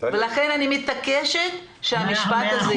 לכן אני מתעקשת שהמשפט הזה יהיה.